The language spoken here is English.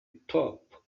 pop